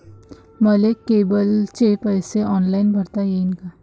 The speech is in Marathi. मले केबलचे पैसे ऑनलाईन भरता येईन का?